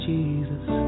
Jesus